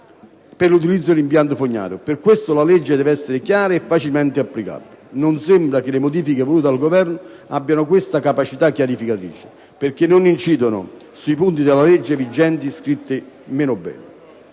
per il suo utilizzo. Per questo la legge deve essere chiara e facilmente applicabile. Non sembra che le modifiche volute dal Governo abbiano questa capacità chiarificatrice, perché non incidono sui punti della legge vigente scritti meno bene.